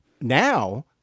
now